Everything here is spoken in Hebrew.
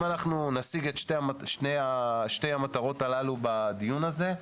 אם נשיג את שתי המטרות הללו בדיון הזה,